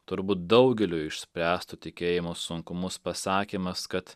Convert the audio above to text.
turbūt daugeliui išspręstų tikėjimo sunkumus pasakymas kad